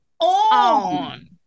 On